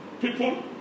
People